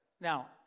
Now